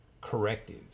corrective